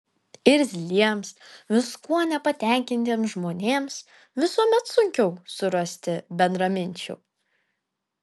irzliems viskuo nepatenkintiems žmonėms visuomet sunkiau surasti bendraminčių